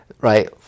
right